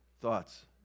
thoughts